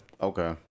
okay